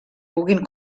puguin